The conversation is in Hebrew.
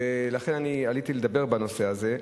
ולכן אני עליתי לדבר בנושא הזה.